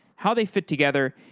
how they fit together,